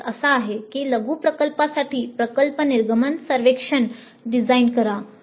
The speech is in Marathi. अभ्यास लघु प्रकल्पासाठी प्रकल्प निर्गमन सर्वेक्षण डिझाइन करा